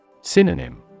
Synonym